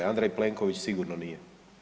Andrej Plenković sigurno nije.